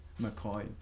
McCoy